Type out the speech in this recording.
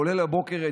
כולל הבוקר,